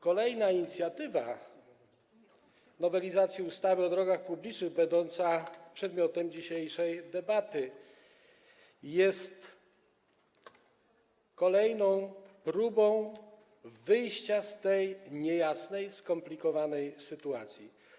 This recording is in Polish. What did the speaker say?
Kolejna inicjatywa dotycząca nowelizacji ustawy o drogach publicznych, która jest przedmiotem dzisiejszej debaty, jest kolejną próbą wyjścia z tej niejasnej, skomplikowanej sytuacji.